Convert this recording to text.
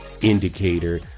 indicator